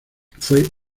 fue